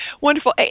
wonderful